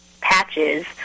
patches